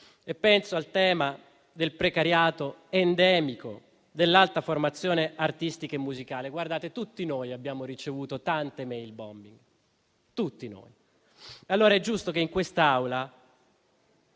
e al tema del precariato endemico dell'Alta formazione artistica e musicale. Tutti noi abbiamo ricevuto *mailbombing*. Allora è giusto che in quest'Aula